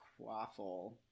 quaffle